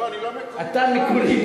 אתה מקורי.